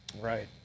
Right